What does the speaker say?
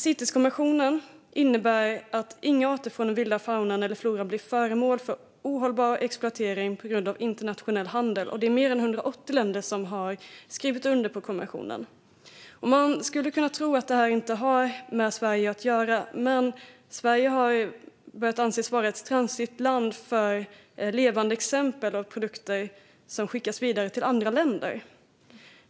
Citeskonventionen innebär att inga arter från den vilda faunan eller floran ska bli föremål för en ohållbar exploatering på grund av internationell handel. Och det är mer än 180 länder som har skrivit under konventionen. Man skulle kunna tro att detta inte har med Sverige att göra. Men Sverige har börjat anses vara ett transitland för levande exemplar och produkter som skickas vidare till andra länder.